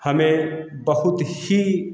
हमें बहुत ही